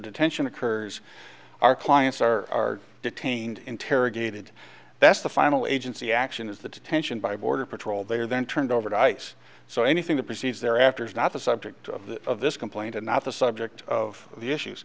detention occurs our clients are detained interrogated that's the final agency action is the detention by border patrol they are then turned over to ice so anything that proceeds there after is not the subject of the of this complaint and not the subject of the issues